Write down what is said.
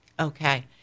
Okay